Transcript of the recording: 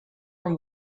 from